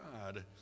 God